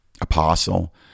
apostle